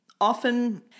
Often